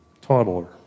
Toddler